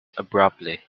abruptly